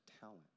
talent